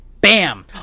bam